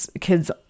kid's